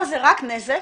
פה זה רק נזק,